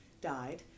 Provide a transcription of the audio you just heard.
died